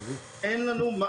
אין לנו.